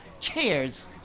Cheers